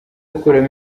akuramo